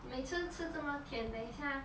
每次吃这么甜等一下